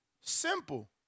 Simple